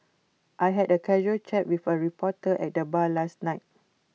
I had A casual chat with A reporter at the bar last night